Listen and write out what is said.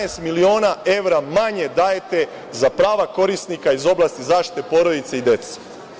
Jedanaest miliona evra manje dajete za prava korisnika iz oblasti zaštite porodice i dece.